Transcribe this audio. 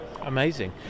amazing